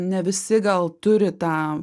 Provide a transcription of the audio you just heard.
ne visi gal turi tą